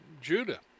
Judah